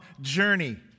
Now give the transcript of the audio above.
journey